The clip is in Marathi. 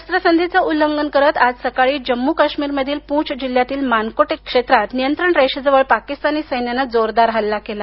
शस्त्रसंधीचं उल्लंघन करत आज सकाळी जम्मू काश्मीर मधील पूंच जिल्ह्यातील मानाकोटे क्षेत्रात नियंत्रण रेषजवळ पाकिस्तानी सैन्यानं जोरदार हल्ला केला